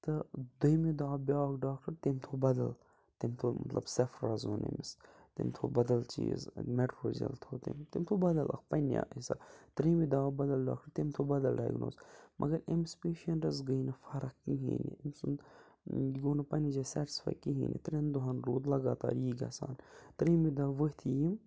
تہٕ دوٚیمہِ دۄہ آو بیٛاکھ ڈاکٹر تٔمۍ تھوٚو بدل تٔمۍ توٚو مطلب سیفرا زوٗن أمِس تٔمۍ تھوٚو بَدَل چیٖز میٚٹروجل تھوٚو تٔمۍ تٔمۍ تھوٚو بدَل اکھ پَننہِ ٲں حساب ترٛیٚمہِ دۄہ آو بدَل ڈاکٹر تٔمۍ تھوٚو بَدَل ڈایگٕنوٗز مگر أمِس پیشیٚنٹس گٔے نہٕ فرق کِہیٖنۍ أمۍ سُنٛد یہِ گوٚو نہٕ پَننہِ جایہِ سیٚٹسفاے کِہیٖنۍ ترٛیٚن دۄہَن روٗد لگاتار یی گژھان ترٛیٚمہِ دۄہ ؤتھۍ یِم